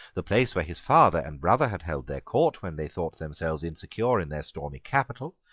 the place where his father and brother had held their court when they thought themselves insecure in their stormy capital,